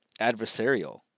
adversarial